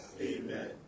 Amen